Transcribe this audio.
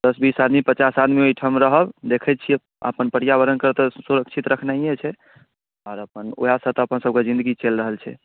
दस बीस आदमी पचास आदमी ओहिठाम रहब देखै छियै अपन पर्यावरण के तऽ सुरक्षित रखनाइ छै आर अपन वएह सऽ तऽ अपन सब के जिन्दगी चलि रहल छै